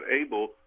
able